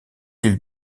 ils